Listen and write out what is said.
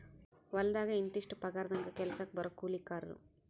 ಹೊಲದಾಗ ಇಂತಿಷ್ಟ ಪಗಾರದಂಗ ಕೆಲಸಕ್ಜ ಬರು ಕೂಲಿಕಾರರು